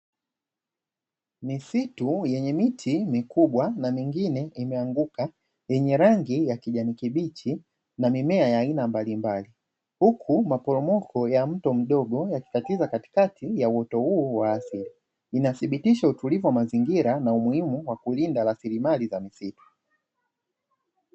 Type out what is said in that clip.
Misitu yenye miti mikubwa na mingine imeanguka yenye rangi ya kijani kibichi na mimea ya aina mbalimbali, huku maporomoko ya mto mdogo yakikatiza katikati ya mto huo wa asili. Inathibitisha utulivu wa mazingira na umuhimu wa kulinda rasilimali za misitu.